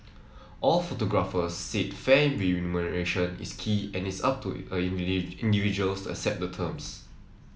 all photographers said fair remuneration is key and it is up to individuals accept the terms